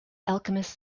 alchemist